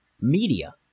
media